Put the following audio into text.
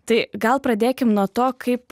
tai gal pradėkim nuo to kaip